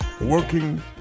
working